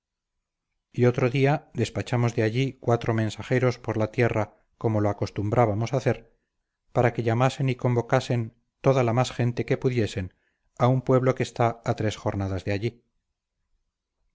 y otro día despachamos de allí cuatro mensajeros por la tierra como lo acostumbrábamos hacer para que llamasen y convocasen toda la más gente que pudiesen a un pueblo que está a tres jornadas de allí